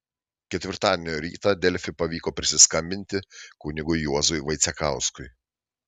ketvirtadienio rytą delfi pavyko prisiskambinti kunigui juozui vaicekauskui